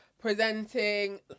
presenting